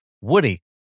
Woody